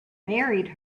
married